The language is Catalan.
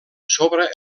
sobre